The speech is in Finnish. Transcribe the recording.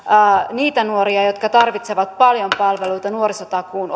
niitä nuoria jotka tarvitsevat paljon palveluita nuorisotakuun